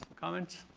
comment?